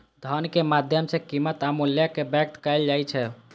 धनक माध्यम सं कीमत आ मूल्य कें व्यक्त कैल जाइ छै